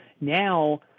Now